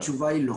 התשובה היא לא.